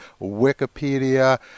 Wikipedia